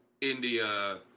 India